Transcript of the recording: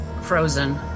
frozen